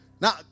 Now